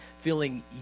feeling